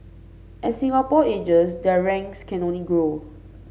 as Singapore ages their ranks can only grow